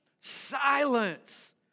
Silence